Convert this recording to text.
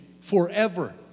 forever